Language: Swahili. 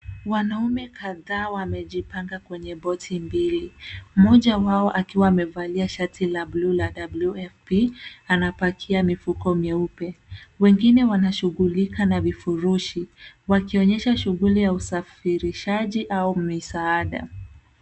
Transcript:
Wanaume kadhaa wamejipanga kwenye boti mbili mmoja wao akiwa amevalia koti la bluu la WFP anapakia mifuko mieupe. Wengine wanashughulika na vifurushi, wakionyesha shughuli ya usafirishaji au misaada.